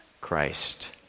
Christ